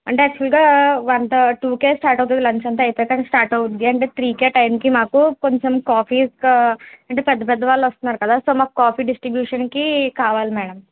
అంటే యాక్చువల్గా వన్ థర్ టూకే స్టార్ట్ అవుతుంది లంచ్ అంతా అయిపోయాక స్టార్ట్ అవుతుంది అంటే త్రీకి ఆ టైంకి మాకు కొంచెం కాఫీ ఒక అంటే పెద్ద పెద్ద వాళ్ళు వస్తున్నారు కదా సో మాకు కాఫీ డిస్ట్రీబ్యూషన్కి కావాలి మేడం